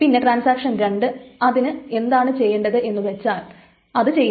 പിന്നെ ട്രാൻസാക്ഷൻ 2 അതിന് എന്താണ് ചെയ്യേണ്ടത് എന്നു വച്ചാൽ അത് ചെയ്യുന്നു